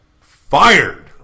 Fired